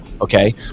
okay